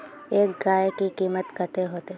एक गाय के कीमत कते होते?